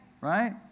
right